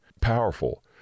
powerful